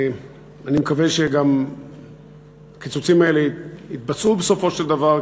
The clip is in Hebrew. אני מקווה שהקיצוצים האלה גם יבוצעו בסופו של דבר,